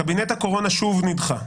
קבינט הקורונה שוב נדחה.